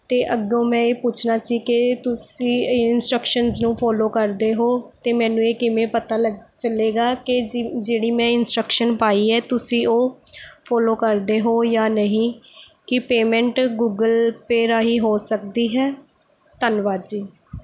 ਅਤੇ ਅੱਗੋਂ ਮੈਂ ਇਹ ਪੁੱਛਣਾ ਸੀ ਕਿ ਤੁਸੀਂ ਇੰਸਟਰਕਸ਼ਨਸ ਨੂੰ ਫੋਲੋ ਕਰਦੇ ਹੋ ਅਤੇ ਮੈਨੂੰ ਇਹ ਕਿਵੇਂ ਪਤਾ ਲਗ ਚੱਲੇਗਾ ਕਿ ਜਿ ਜਿਹੜੀ ਮੈਂ ਇੰਸਟਰਕਸ਼ਨ ਪਾਈ ਹੈ ਤੁਸੀਂ ਉਹ ਫੋਲੋ ਕਰਦੇ ਹੋ ਜਾਂ ਨਹੀਂ ਕੀ ਪੇਮੈਂਟ ਗੂਗਲ ਪੇ ਰਾਹੀਂ ਹੋ ਸਕਦੀ ਹੈ ਧੰਨਵਾਦ ਜੀ